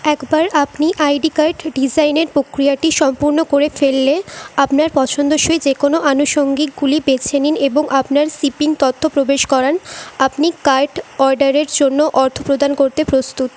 একবার আপনি ID card ডিজাইনের প্রক্রিয়াটি সম্পূর্ণ করে ফেললে আপনার পছন্দসই যে কোনো আনুষঙ্গিকগুলি বেছে নিন এবং আপনার শিপিং তথ্য প্রবেশ করান আপনি কার্ড অর্ডারের জন্য অর্থ প্রদান করতে প্রস্তুত